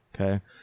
okay